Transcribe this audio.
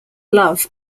love